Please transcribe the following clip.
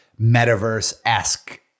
metaverse-esque